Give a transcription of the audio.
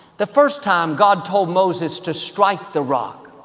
the first time god told moses to strike the rock,